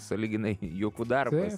sąlyginai juokų darbas